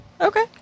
Okay